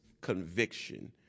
conviction